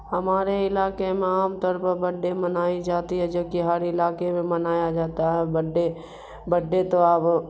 ہمارے علاقے میں عام طور پر بڈڈے منائی جاتی ہے جو کہ ہر علاقے میں منایا جاتا ہے بڈڈے بڈڈے تو اب